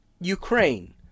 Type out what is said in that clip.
Ukraine